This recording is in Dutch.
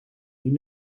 niet